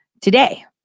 today